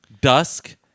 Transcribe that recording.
dusk